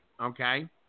okay